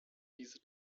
diese